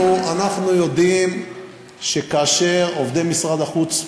אנחנו יודעים שכאשר עובדי משרד החוץ,